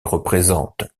représente